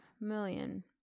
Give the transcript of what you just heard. million